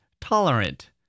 tolerant